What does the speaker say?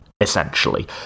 essentially